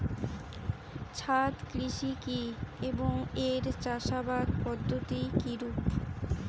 ছাদ কৃষি কী এবং এর চাষাবাদ পদ্ধতি কিরূপ?